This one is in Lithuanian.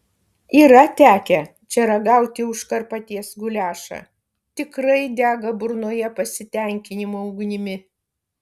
yra tekę čia ragauti užkarpatės guliašą tikrai dega burnoje pasitenkinimo ugnimi